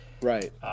Right